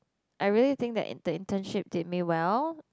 I really think that the internship did me well